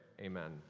Amen